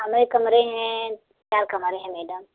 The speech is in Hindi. हमारे कमरे हैं चार कमरे हैं मैडम